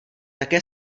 také